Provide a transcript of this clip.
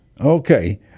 Okay